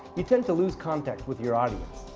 you tend to lose contact with your audience,